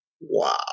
wow